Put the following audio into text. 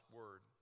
word